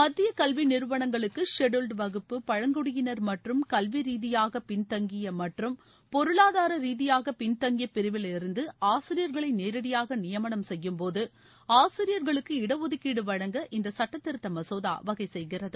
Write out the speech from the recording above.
மத்திய கல்வி நிறுவனங்களுக்கு ஷெட்பூல்டு வகுப்பு பழங்குடியினர் மற்றும் கல்வி ரீதியாக பின்தங்கிய மற்றும் பொருளாதார ரீதியாக பின்தங்கிய பிரிவிலிருந்து ஆசிரியர்களை நேரடியாக நியமனம் செய்யும்போது ஆசிரியர்களுக்கு இட ஒதுக்கீடு வழங்க இந்த சுட்டத் திருத்த மசோதா வகை செய்கிறது